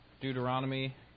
Deuteronomy